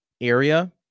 area